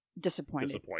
disappointed